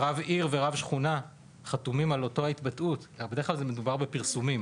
כשרב עיר ורב שכונה חתומים על אותה התבטאות בדרך כלל מדובר בפרסומים